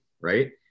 right